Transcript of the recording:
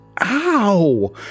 Ow